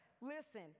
listen